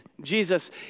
Jesus